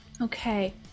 Okay